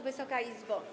Wysoka Izbo!